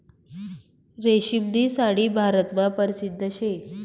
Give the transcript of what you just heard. रेशीमनी साडी भारतमा परशिद्ध शे